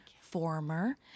former